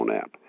app